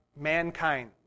mankind